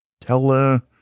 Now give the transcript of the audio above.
tell